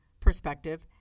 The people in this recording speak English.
perspective